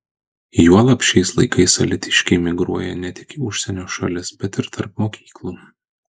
juolab šiais laikais alytiškiai migruoja ne tik į užsienio šalis bet ir tarp mokyklų